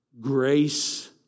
grace